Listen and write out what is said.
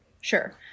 sure